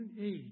age